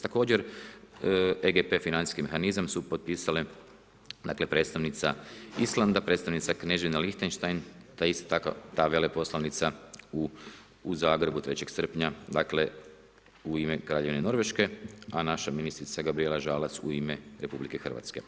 Također, EGP financijski mehanizam su potpisale dakle predstavnica Islanda, predstavnica Kneževine Lihtenštajn te isto tako veleposlanica u Zagrebu 3. srpnja, dakle u ime Kraljevine Norveške a naša ministrica Gabrijela Žalac u ime RH.